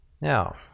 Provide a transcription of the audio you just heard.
Now